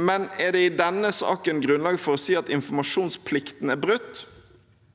Likevel: Er det i denne saken grunnlag for å si at informasjonsplikten er brutt?